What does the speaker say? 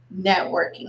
networking